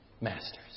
masters